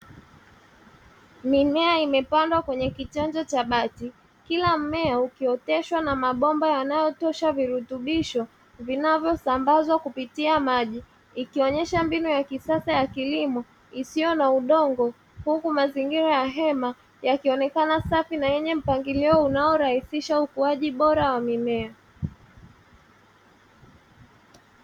Mimea imepandwa kwenye kichanja cha maji kila mmea ukioteshwa na mabomba yanayotosha virutubisho vinavyosambazwa kupitia maji ikionyesha mbinu ya kisasa ya kilimo isiyo na udongo, huku mazingira ya hema yakionekana safi na yenye mpangilio unaorahisisha ukuaji bora wa mimea.